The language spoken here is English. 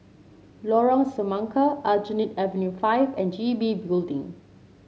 Lorong Semangka Aljunied Avenue Five and G B Building